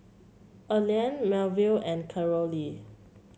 Earlean Melville and Carolee